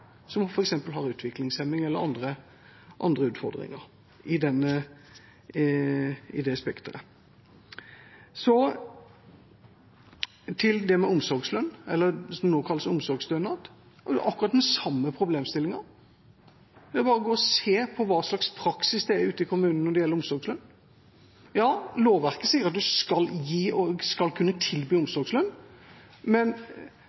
eller andre utfordringer i det spekteret. Så til det med omsorgslønn, det som nå kalles omsorgsstønad. Det er jo akkurat den samme problemstillingen. Det er bare å gå og se på hva slags praksis det er ute i kommunene når det gjelder omsorgslønn. Lovverket sier at man skal kunne tilby omsorgslønn, men